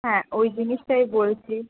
হ্যাঁ ওই জিনিসটাই বলছি